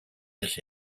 this